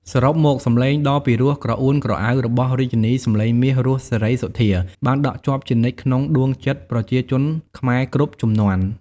សរុបមក សំឡេងដ៏ពីរោះក្រអួនក្រអៅរបស់រាជិនីសំឡេងមាស រស់ សេរីសុទ្ធា បានដក់ជាប់ជានិច្ចក្នុងដួងចិត្តប្រជាជនខ្មែរគ្រប់ជំនាន់។